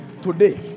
today